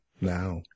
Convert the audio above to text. now